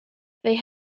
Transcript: they